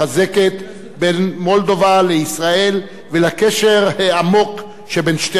בין מולדובה לישראל ולקשר העמוק שבין שתי המדינות.